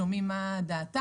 שומעים מה דעתן?